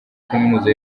kaminuza